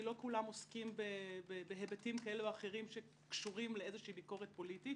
כי לא כולם עוסקים בהיבטים כאלה או אחרים שקשורים לביקורת פוליטית